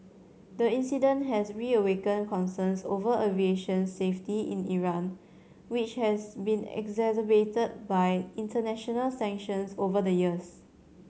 the incident has reawakened concerns over aviation safety in Iran which has been exacerbated by international sanctions over the years